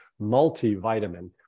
multivitamin